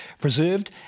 preserved